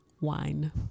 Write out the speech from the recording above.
wine